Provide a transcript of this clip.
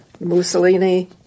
Mussolini